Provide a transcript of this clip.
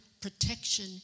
protection